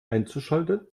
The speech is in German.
einzuschalten